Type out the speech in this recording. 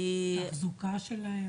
תחזוקה שלהם?